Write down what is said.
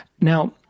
Now